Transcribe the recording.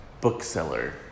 bookseller